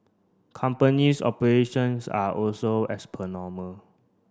companies operations are also as per normal